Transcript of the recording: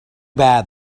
bad